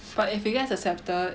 but if it gets accepted